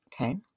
Okay